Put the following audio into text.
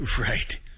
Right